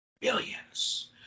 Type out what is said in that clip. billions